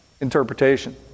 interpretation